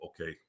okay